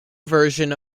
version